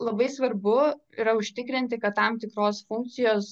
labai svarbu yra užtikrinti kad tam tikros funkcijos